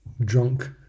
drunk